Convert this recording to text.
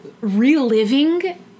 reliving